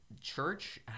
church –